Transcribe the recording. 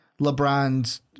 LeBron's